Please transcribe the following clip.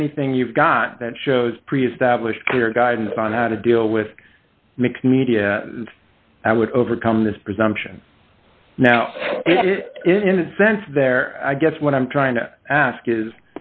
anything you've got that shows pre established clear guidance on how to deal with mixed media i would overcome this presumption now in that sense there i guess what i'm trying to ask is